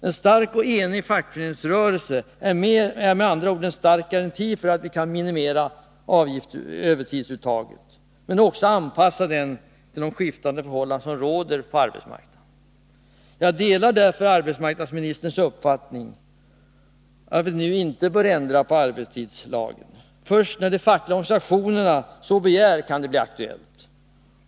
En stark och enig fackföreningsrörelse är med andra ord en stark garanti för att vi kan minimera övertidsuttaget, men också anpassa det till de skiftande förhållanden som råder på arbetsmarknaden. Jag delar därför arbetsmarknadsministerns uppfattning att vi inte nu bör ändra arbetstidslagen. Först när de fackliga organisationerna så begär kan det bli aktuellt.